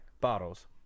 Bottles